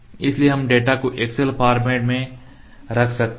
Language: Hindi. इसलिए हम डेटा को एक्सेल फॉर्मेट में रख सकते हैं